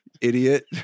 idiot